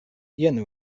jen